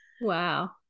Wow